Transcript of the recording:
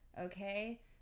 okay